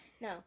No